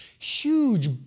huge